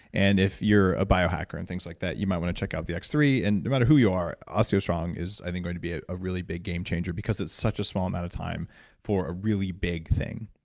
and if you're a biohacker and things like that, you might want to check out the x three. and no matter who you are, osteostrong is, i think, going to be a a really big game changer because it's such a small amount of time for a really big thing.